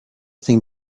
thing